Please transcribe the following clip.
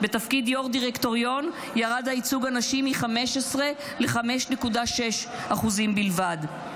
בתפקיד יו"ר דירקטוריון ירד הייצוג הנשי מ-15% ל-5.6% בלבד.